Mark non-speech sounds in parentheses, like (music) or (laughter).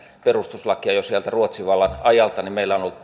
perustuslakia jo sieltä ruotsin vallan ajalta niin meillä on ollut (unintelligible)